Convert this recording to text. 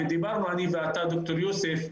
ודיברנו אני ואתה ד"ר יוסף,